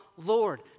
Lord